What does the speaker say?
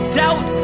doubt